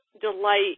delight